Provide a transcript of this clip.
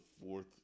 fourth